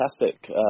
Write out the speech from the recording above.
fantastic